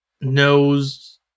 knows